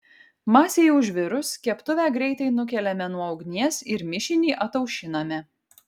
masei užvirus keptuvę greitai nukeliame nuo ugnies ir mišinį ataušiname